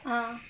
ah